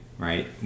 Right